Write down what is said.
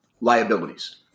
liabilities